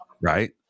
right